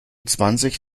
zwanzig